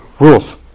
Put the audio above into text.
rules